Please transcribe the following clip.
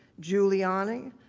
giuliani,